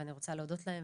ואני רוצות להודות להם,